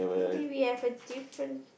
maybe we have a different